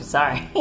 Sorry